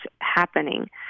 happening